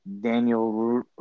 Daniel